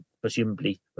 presumably